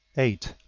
eight.